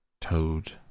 Toad